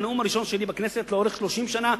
מהנאום הראשון שלי בכנסת לאורך 30 שנה,